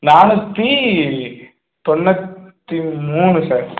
நாணுதிதொன்னுத்திமூணு sir